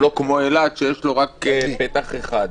לא כמו אילת, שיש לו רק פתח אחד.